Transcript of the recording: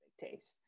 taste